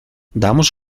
damos